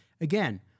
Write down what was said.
Again